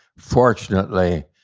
fortunately,